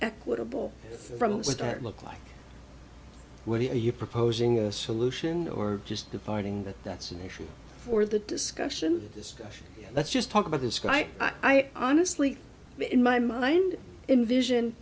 equitable from the start look like what are you proposing a solution or just departing that that's an issue for the discussion discussion let's just talk about the sky i honestly in my mind in vision